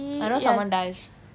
I know someone dies